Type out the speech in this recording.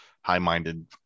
high-minded